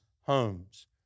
homes